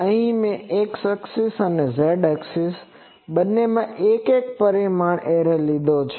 અહી મે X અક્ષ અને Z અક્ષ બંનેમાં એક પરિમાણીય એરે લીધો છે